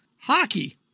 Hockey